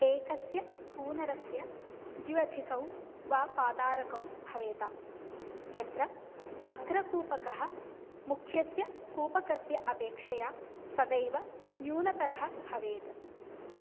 एकस्य स्कूनरस्य द्व्यधिकौ वा पादारकौ भवेताम् यत्र अग्रकूपकः मुख्यस्य कूपकस्य अपेक्षया सदैव न्यूनतरः भवेत्